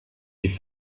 die